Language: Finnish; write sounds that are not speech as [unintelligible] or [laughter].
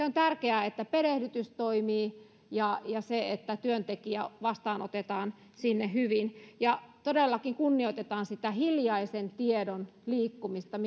[unintelligible] on myös että perehdytys toimii ja että työntekijä vastaanotetaan sinne hyvin ja todellakin kunnioitetaan sitä hiljaisen tiedon liikkumista [unintelligible]